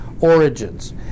origins